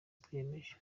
twiyemeje